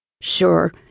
Sure